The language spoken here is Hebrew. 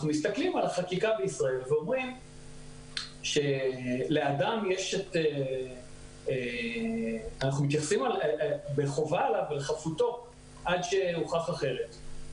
אנחנו מסתכלים על החקיקה בישראל שקובעת את חפות האדם עד שהוכח אחרת.